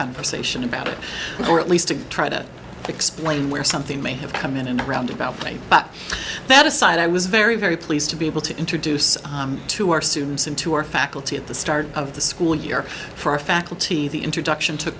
conversation about it or at least to to try explain where something may have come in in a roundabout way but that aside i was very very pleased to be able to introduce to our students into our faculty at the start of the school year for our faculty the introduction took